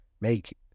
make